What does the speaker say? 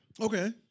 Okay